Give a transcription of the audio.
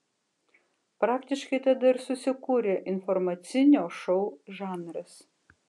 praktiškai tada ir susikūrė informacinio šou žanras